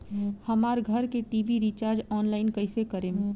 हमार घर के टी.वी रीचार्ज ऑनलाइन कैसे करेम?